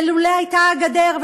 ולולא הייתה גדר,